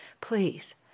Please